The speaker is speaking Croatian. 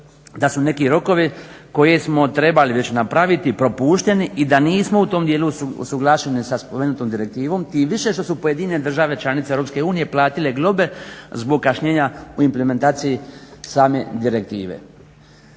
da su neki rokovi koje smo trebali već napraviti propušteni i da nismo u tom dijelu usuglašeni sa spomenutom direktivom, tim više što su pojedine države članice Europske unije platile globe zbog kašnjenja u implementaciji same direktive.